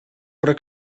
para